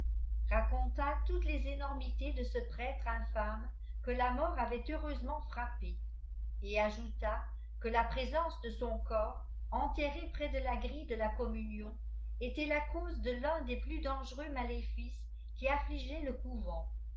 raconta tontes les énorrait de ce prêtre infâme qne la mort avait heurensement ârappë et ajouta que la présence de son corps enterré près de la grille de la communion était i cans de ton des plus dangereux maléoces qui afflileaient le couvent